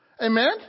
Amen